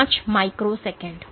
5 microsecond